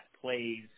plays